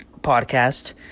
podcast